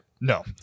No